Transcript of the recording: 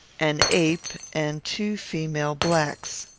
an ape, and two female blacks.